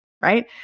Right